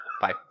Bye